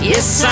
Yes